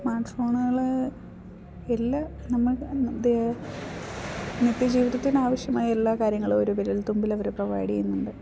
smart ഫോണുകൾ എല്ലാം നമ്മൾ നിത്യ ജീവിതത്തിന് ആവശ്യമായ എല്ലാ കാര്യങ്ങളും ഒരു വിരൽ തുമ്പിലവർ പ്രൊവൈഡ് ചെയ്യുന്നുണ്ട്